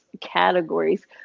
categories